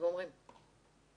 אנחנו